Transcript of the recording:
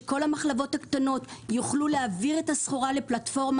שכל המחלבות הקטנות יוכלו להעביר את הסחורה לפלטפורמה